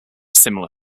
similar